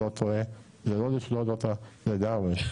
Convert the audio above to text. זה לא לשלול אותה לגמרי.